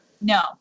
No